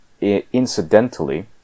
incidentally